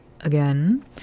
again